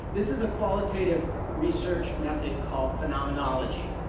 this is a qualitative research method called phenomenology,